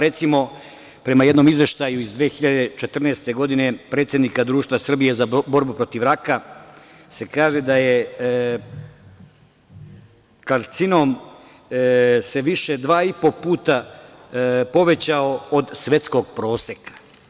Recimo, prema jednom izveštaju iz 2014. godine predsednika Društva Srbije za borbu protiv raka se kaže da se karcinom dva i po puta više povećao od svetskog proseka.